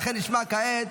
ולכן נשמע כעת